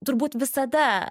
turbūt visada